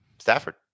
Stafford